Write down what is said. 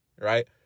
right